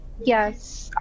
Yes